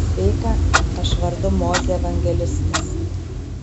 sveika aš vardu mozė evangelistas